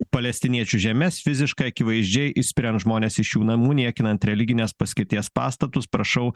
palestiniečių žemes fiziškai akivaizdžiai išspiriant žmones iš jų namų niekinant religinės paskirties pastatus prašau